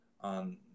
On